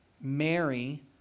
Mary